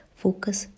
focus